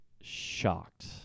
Shocked